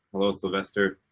hello, sylvester.